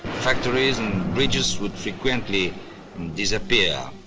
factories and bridges would frequently disappear.